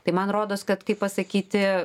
tai man rodos kad kaip pasakyti